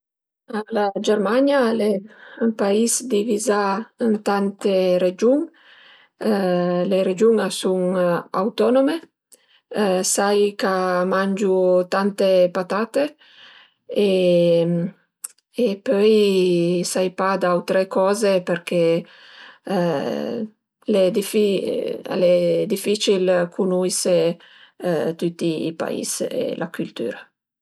La Germania al e ün pais divizà ën tante regiun, le regiun a sun autonome, sai ch'a mangiu tante patate e pöi sai pa d'autre coze perché al e al e dificil cunuise tüti i pais e la cültüra